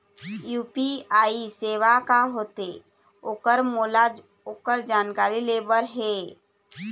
UPI सेवा का होथे ओकर मोला ओकर जानकारी ले बर हे?